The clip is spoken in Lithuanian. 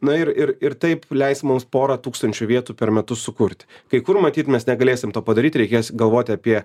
na ir ir ir taip leis mums porą tūkstančių vietų per metus sukurti kai kur matyt mes negalėsim to padaryt reikės galvoti apie